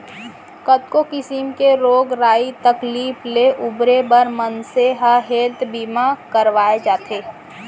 कतको किसिम के रोग राई तकलीफ ले उबरे बर मनसे ह हेल्थ बीमा करवाथे